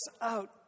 out